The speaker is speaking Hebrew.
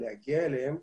יגיעו אליהם.